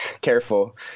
Careful